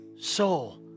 soul